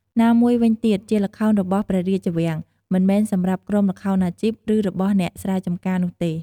ណាមួយវិញទៀតជាល្ខោនរបស់ព្រះរាជវាំង មិនមែនសម្រាប់ក្រុមល្ខោនអាជីព ឬរបស់អ្នកស្រែចម្ការនោះទេ។